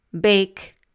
bake